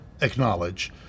acknowledge